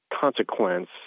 consequence